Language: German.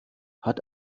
hat